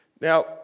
Now